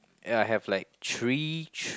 ya I have like three th~